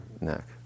neck